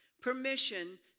permission